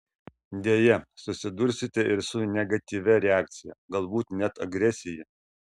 deja susidursite ir su negatyvia reakcija galbūt net agresija